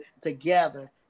together